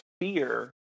fear